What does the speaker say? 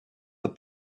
the